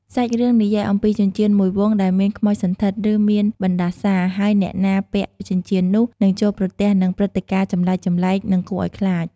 សាច់រឿងនិយាយអំពីចិញ្ចៀនមួយវង់ដែលមានខ្មោចសណ្ឋិត ឬមានបណ្ដាសា ហើយអ្នកណាពាក់ចិញ្ចៀននោះ នឹងជួបប្រទះនឹងព្រឹត្តិការណ៍ចម្លែកៗ និងគួរឲ្យខ្លាច។